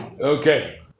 Okay